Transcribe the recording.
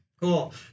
cool